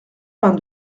vingt